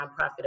nonprofit